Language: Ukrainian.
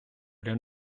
при